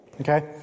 Okay